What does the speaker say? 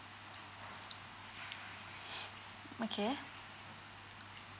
okay